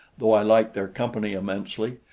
though i like their company immensely,